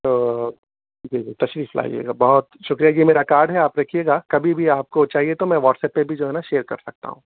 تو جی جی تشریف لائیے گا بہت شکریہ یہ میرا کارڈ ہے آپ رکھئیے گا کبھی بھی آپ کو چاہیے تو میں واٹس اپ پہ بھی شیئر کر سکتا ہوں